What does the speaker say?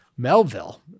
Melville